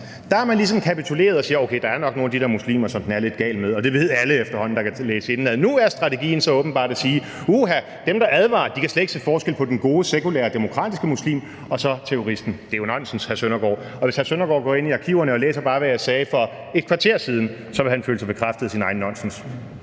ligesom kapituleret og siger: Okay, der er nok nogle af de der muslimer, som den er lidt gal med. Det ved alle, der kan læse indenad, efterhånden. Nu er strategien så åbenbart at sige: Uha, dem, der advarer, kan slet ikke se forskel på den gode, sekulære, demokratiske muslim og så terroristen. Det er jo nonsens, hr. Søren Søndergaard. Og hvis hr. Søren Søndergaard går ind i arkiverne og læser, hvad jeg sagde for bare et kvarter siden, vil han blive bekræftet i, at det